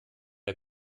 der